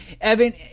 Evan